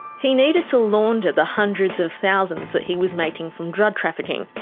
he needed to launder the hundreds of thousands that he was making from drug trafficking.